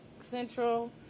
Central